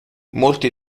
molti